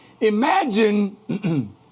imagine